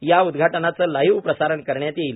या उदघाटनाचे लाईव्ह प्रसारण करण्यात येईल